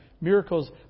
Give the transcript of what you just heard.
miracles